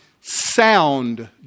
sound